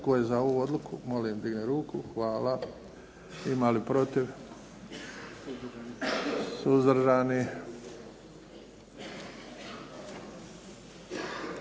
Hvala.